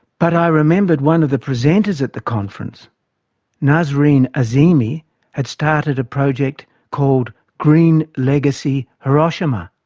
but i remembered one of the presenters at the conference nassrine azimi had started a project called green legacy hiroshima.